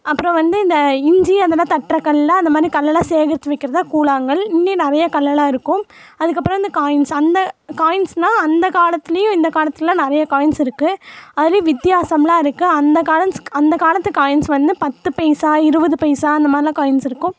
அப்புறம் வந்து இந்த இஞ்சி அதெல்லாம் தட்டுற கல்லாம் அந்த மாதிரி கல்லலாம் சேகரிச்சு வைக்கிற தான் கூழாங்கல் இன்னிம் நிறைய கல்லலாம் இருக்கும் அதுக்கப்புறம் இந்த காயின்ஸ் அந்த காயின்ஸ்னா அந்த காலத்துலேயும் இந்த காலத்தில் நிறைய காயின்ஸ் இருக்குது அதுலேயும் வித்தியாசம்லாம் இருக்குது அந்த காலன்ஸ் அந்த காலத்து காயின்ஸ் வந்து பத்து பைசா இருபது பைசா அந்த மாதிரிலாம் காயின்ஸ் இருக்கும்